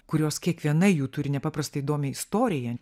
kurios kiekviena jų turi nepaprastai įdomią istoriją